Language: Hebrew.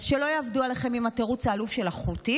אז שלא יעבדו עליכם עם התירוץ העלוב של הח'ותים,